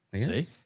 See